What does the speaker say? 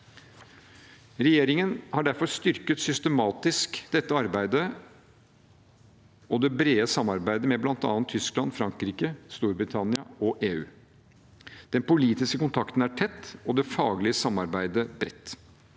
Regjeringen har derfor systematisk styrket dette arbeidet og det brede samarbeidet med bl.a. Tyskland, Frankrike, Storbritannia og EU. Den politiske kontakten er tett, og det faglige samarbeidet bredt.